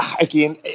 again